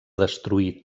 destruir